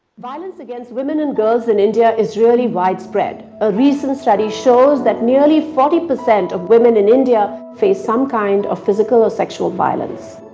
violence against women and girls in india is really widespread. a recent study shows that nearly forty percent of women in india face some kind of physical or sexual violence.